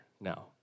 now